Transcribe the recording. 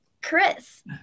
Chris